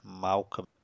Malcolm